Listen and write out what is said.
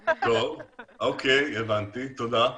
טוב, אוקיי, הבנתי, תודה.